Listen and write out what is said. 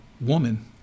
woman